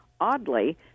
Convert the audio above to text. oddly